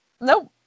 Nope